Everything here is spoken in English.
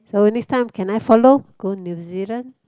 so next time can I follow go New Zealand